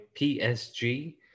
PSG